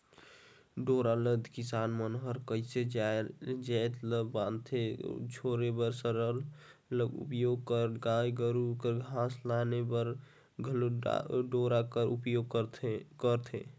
डोरा ल दो किसान मन कइयो जाएत ल बांधे छोरे बर सरलग उपियोग करथे गाय गरू बर घास लाने बर घलो डोरा कर उपियोग करथे